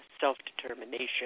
Self-Determination